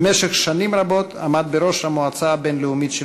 במשך שנים רבות עמד בראש המועצה הבין-לאומית של